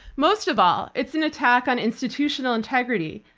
most of all, it's an attack on institutional integrity,